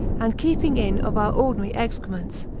and keeping in of our ordinary excrements,